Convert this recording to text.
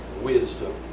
wisdom